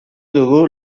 dugu